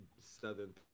Southern